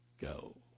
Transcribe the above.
go